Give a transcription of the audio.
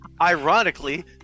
Ironically